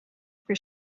for